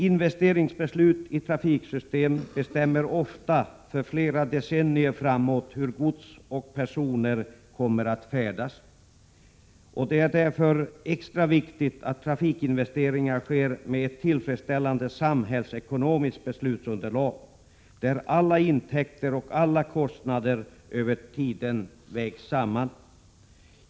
Investeringsbeslut i trafiksystem bestämmer ofta för flera decennier framåt hur gods och personer kommer att färdas. Det är därför extra viktigt att trafikinvesteringar sker med ett tillfredsställande samhällsekonomiskt beslutsunderlag, där alla intäkter och alla kostnader över tiden vägs samman.